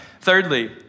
Thirdly